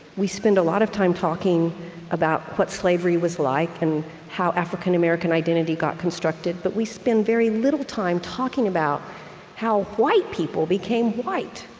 we spend a lot of time talking about what slavery was like and how african-american identity got constructed, but we spend very little time talking about how white people became white.